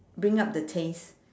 bring up the taste